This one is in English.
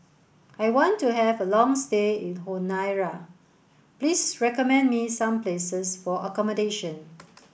I want to have a long stay in Honiara please recommend me some places for accommodation